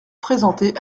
présenté